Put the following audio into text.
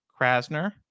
Krasner